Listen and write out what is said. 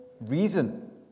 reason